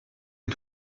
est